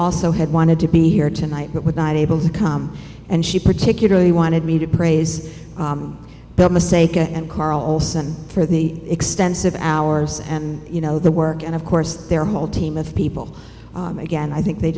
also had wanted to be here tonight but would not able to come and she particularly wanted me to praise the sake of and carlson for the extensive hours and you know the work and of course their whole team of people again i think they